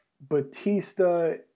Batista